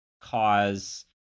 cause